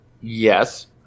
yes